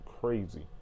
crazy